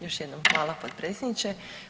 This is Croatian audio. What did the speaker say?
Još jednom hvala potpredsjedniče.